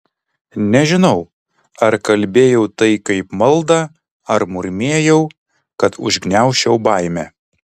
nežinau ar kalbėjau tai kaip maldą ar murmėjau kad užgniaužčiau baimę